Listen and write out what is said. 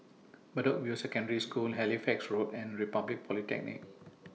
Bedok View Secondary School Halifax Road and Republic Polytechnic